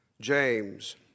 James